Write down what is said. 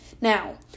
Now